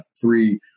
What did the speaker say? three